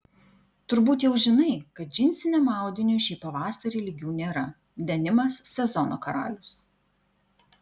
turbūt jau žinai kad džinsiniam audiniui šį pavasarį lygių nėra denimas sezono karalius